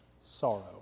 sorrow